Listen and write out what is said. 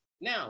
Now